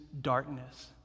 darkness